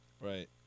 Right